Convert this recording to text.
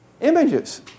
images